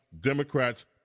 Democrats